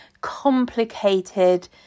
complicated